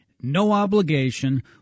no-obligation